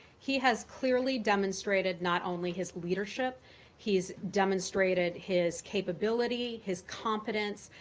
he has clearly demonstrated not only his leadership he's demonstrated his capability, his competence,